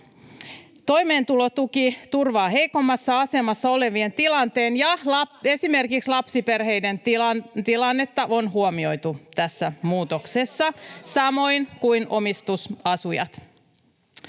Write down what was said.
Toimeentulotuki turvaa heikommassa asemassa olevien tilanteen, ja esimerkiksi lapsiperheiden tilannetta on huomioitu tässä muutoksessa, [Vasemmalta: